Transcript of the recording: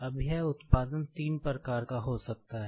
अब यह उत्पादन तीन प्रकार का हो सकता है